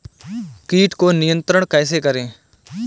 कीट को नियंत्रण कैसे करें?